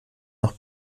noch